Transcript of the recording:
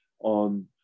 on